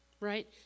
right